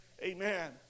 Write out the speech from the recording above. Amen